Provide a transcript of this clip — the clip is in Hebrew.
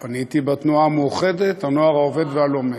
אני הייתי בתנועה המאוחדת, הנוער העובד והלומד.